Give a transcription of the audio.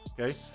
okay